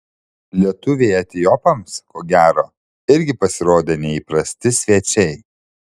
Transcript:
lietuviai etiopams ko gero irgi pasirodė neįprasti svečiai